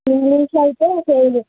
English అయితే fail